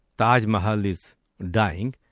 taj mahal is dying.